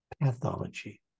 pathology